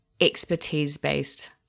expertise-based